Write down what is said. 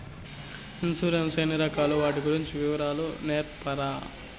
Insurance ఎన్ని రకాలు వాటి గురించి వివరాలు సెప్తారా?